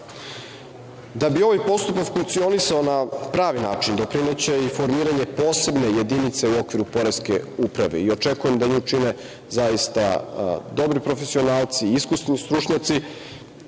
bi ovaj postupak funkcionisao na pravi način doprineće formiranje posebne jedinice u okviru poreske uprave i očekujem da nju čine zaista dobri profesionalci, iskusni stručnjaci,